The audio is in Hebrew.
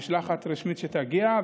משלחת רשמית שתגיע.